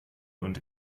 und